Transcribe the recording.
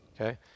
okay